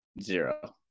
Zero